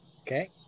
Okay